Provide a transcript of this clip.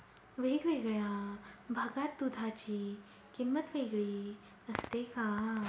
वेगवेगळ्या भागात दूधाची किंमत वेगळी असते का?